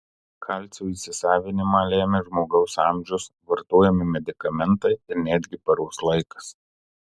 kalcio įsisavinimą lemia žmogaus amžius vartojami medikamentai ir netgi paros laikas